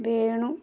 Venu